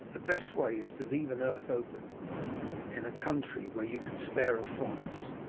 the best way is to leave an earth open in a country where you can spare a fox,